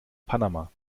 panama